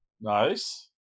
Nice